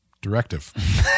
directive